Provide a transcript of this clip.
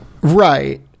Right